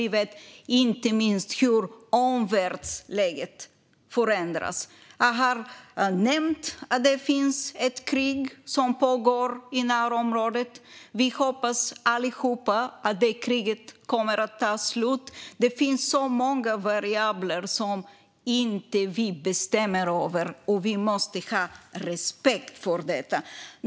Vi vet inte heller hur omvärldsläget förändras. Jag har nämnt att det finns ett krig som pågår i närområdet. Vi hoppas alla att detta krig tar slut. Det finns många variabler som vi inte bestämmer över, och vi måste ha respekt för detta.